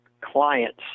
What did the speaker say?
clients